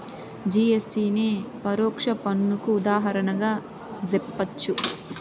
GST నే పరోక్ష పన్నుకు ఉదాహరణగా జెప్పచ్చు